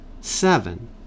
Seven